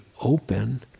open